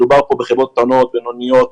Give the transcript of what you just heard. מדובר כאן בחברות קטנות, בינוניות,